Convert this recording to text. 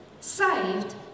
saved